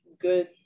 good